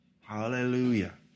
Hallelujah